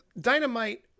dynamite